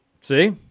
See